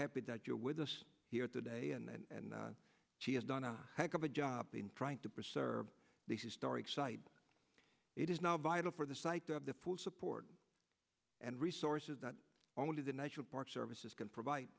happy that you're with us here today and she has done a heck of a job in trying to preserve the historic site it is now vital for the site to have the full support and resources not only the national park services can provide